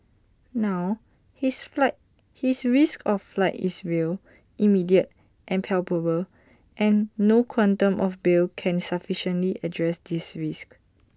now his flight his risk of flight is real immediate and palpable and no quantum of bail can sufficiently address this risk